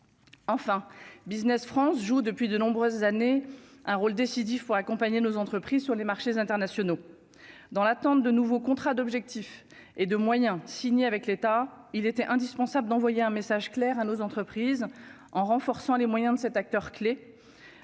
Enfin, Business France joue depuis de nombreuses années un rôle décisif pour accompagner nos entreprises sur les marchés internationaux, dans l'attente de nouveaux contrats d'objectifs et de moyens signé avec l'État, il était indispensable d'envoyer un message clair à nos entreprises, en renforçant les moyens de cet acteur clé